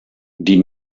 die